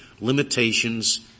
limitations —